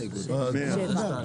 שבעה.